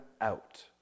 out